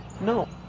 No